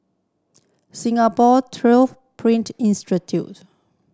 Singapore Twelve Print Institute